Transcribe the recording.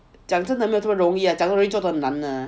讲真的没这么容易讲的容易做的难